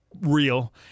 real